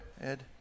Ed